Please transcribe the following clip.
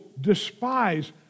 despise